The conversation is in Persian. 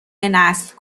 نسل